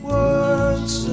Words